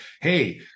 hey